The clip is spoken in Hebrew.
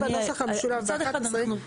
מופיע בנוסח המשולב באחת עשרה.